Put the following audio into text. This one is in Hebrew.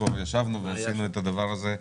ישבנו ועשינו את הדבר הזה.